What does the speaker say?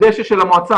בדשא של המועצה.